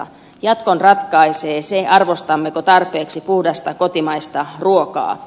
jatkon ratkaisee se arvostammeko tarpeeksi puhdasta kotimaista ruokaa